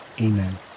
Amen